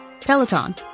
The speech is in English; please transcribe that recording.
Peloton